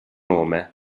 nome